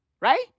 right